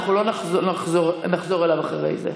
אנחנו לא נחזור אליו אחרי זה.